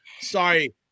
sorry